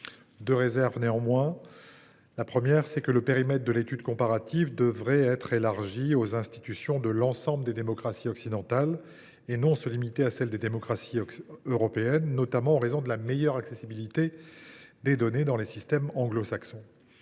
deux réserves. D’une part, le périmètre de l’étude comparative devrait être élargi aux institutions de l’ensemble des démocraties occidentales, et non pas être limité à celles des démocraties européennes, notamment en raison de la meilleure accessibilité des données dans les systèmes anglo saxons.